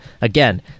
again